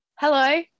Hello